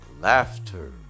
laughter